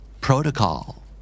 Protocol